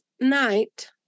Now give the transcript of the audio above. night